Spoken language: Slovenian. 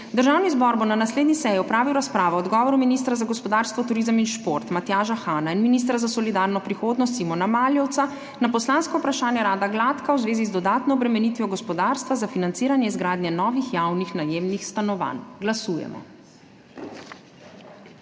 Državni zbor bo na naslednji seji opravil razpravo o odgovoru ministra za gospodarstvo, turizem in šport Matjaža Hana in ministra za solidarno prihodnost Simona Maljevca na poslansko vprašanje Rada Gladka v zvezi z dodatno obremenitvijo gospodarstva za financiranje izgradnje novih javnih najemnih stanovanj. Glasujemo.